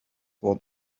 what